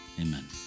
amen